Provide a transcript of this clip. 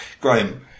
Graham